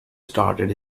started